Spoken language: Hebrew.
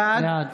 בעד